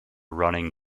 running